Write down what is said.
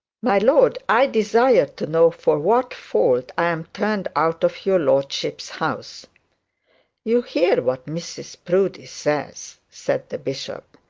my lord, i desire to know for what fault i am turned out of your lordship's house you hear what mrs proudie says said the bishop.